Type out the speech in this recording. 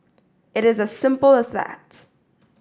it is as simple as that